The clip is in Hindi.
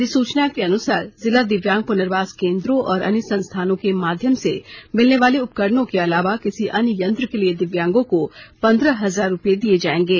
अधिसूचना के अनुसार जिला दिव्यांग पुर्नवास केन्द्रों और अन्य संस्थानों के माध्यम से मिलने वाले उपकरणों के अलावा किसी अन्य यंत्र के लिए दिव्यांगों को पन्द्रह हजार रूपये दिए जाएंगे